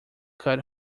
cut